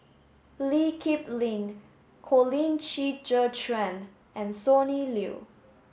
Lee Kip Lin Colin Qi Zhe Quan and Sonny Liew